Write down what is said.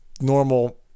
normal